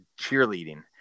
cheerleading